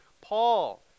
Paul